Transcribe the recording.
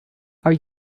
are